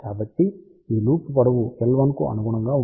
కాబట్టి ఈ లూప్ పొడవు L1 కు అనుగుణంగా ఉంటుంది